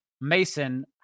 Mason